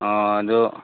ꯑꯥ ꯑꯗꯨ